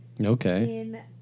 Okay